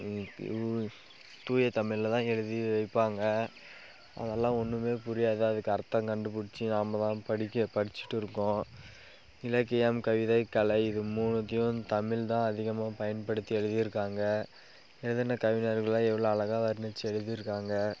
தூய தமிழில்தான் எழுதி வைப்பாங்க அதெல்லாம் ஒன்றுமே புரியாது அதுக்கு அர்த்தம் கண்டுபிடிச்சி நாம் தான் படிக்க படித்துட்டுருக்கோம் இலக்கியம் கவிதை கலை இது மூணுத்தேயும் தமிழ்தான் அதிகமாக பயன்படுத்தி எழுதியிருக்காங்க எழுதின கவிஞர்கள்லாம் எவ்வளோ அழகாக வர்ணித்து எழுதியிருக்காங்க